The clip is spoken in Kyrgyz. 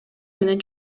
менен